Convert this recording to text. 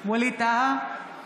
ווליד טאהא,